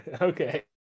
Okay